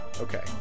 Okay